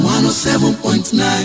107.9